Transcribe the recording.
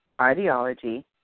ideology